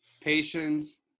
patience